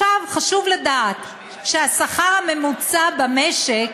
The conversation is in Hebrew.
עכשיו, חשוב לדעת שהשכר הממוצע במשק